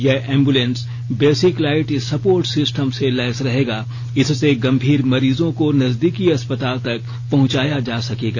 यह ambulance basic light support system से लैस रहेगा इससे गंभीर मरीजों को नजदीकी अस्पताल तक पहुचाया जा सकेगा